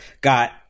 got